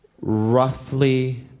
roughly